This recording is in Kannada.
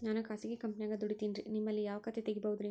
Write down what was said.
ನಾನು ಖಾಸಗಿ ಕಂಪನ್ಯಾಗ ದುಡಿತೇನ್ರಿ, ನಿಮ್ಮಲ್ಲಿ ಯಾವ ಖಾತೆ ತೆಗಿಬಹುದ್ರಿ?